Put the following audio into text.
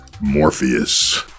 Morpheus